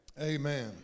Amen